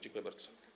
Dziękuję bardzo.